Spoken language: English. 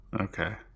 Okay